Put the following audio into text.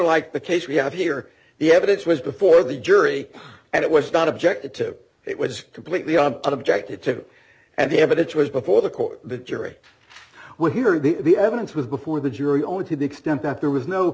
like the case we have here the evidence was before the jury and it was not objected to it was completely objected to and the evidence was before the court the jury would hear the the evidence was before the jury only to the extent that there was no